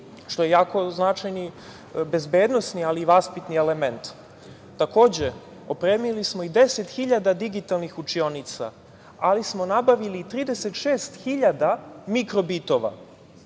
što je jako značajni bezbednosni, ali i vaspitni element. Takođe, opremili smo i 10.000 digitalnih učionica, ali smo nabavili i 36.000 mikrobitova.